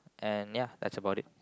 and ya that's about it